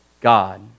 God